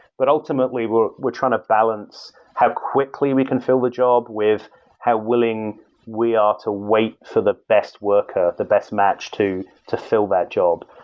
but ultimately, we're we're trying to balance how quickly we can fill the job with how willing we are to wait for the best worker, the best match to to fill that job.